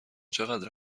چقدر